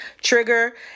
trigger